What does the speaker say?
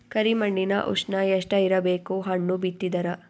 ಕರಿ ಮಣ್ಣಿನ ಉಷ್ಣ ಎಷ್ಟ ಇರಬೇಕು ಹಣ್ಣು ಬಿತ್ತಿದರ?